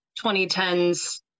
2010s